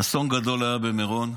אסון גדול היה במירון.